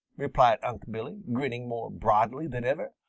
replied unc' billy, grinning more broadly than ever.